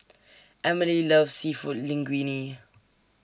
Amelie loves Seafood Linguine